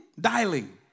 Dialing